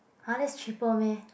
!huh! that's cheaper meh